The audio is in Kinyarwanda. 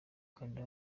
kanda